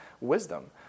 wisdom